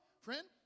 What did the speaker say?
Friend